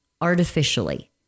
artificially